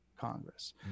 Congress